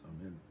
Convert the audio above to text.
Amen